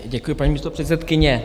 Děkuji, paní místopředsedkyně.